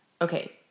okay